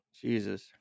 Jesus